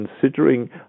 considering